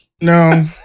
No